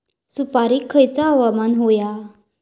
सुपरिक खयचा हवामान होया?